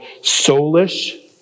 soulish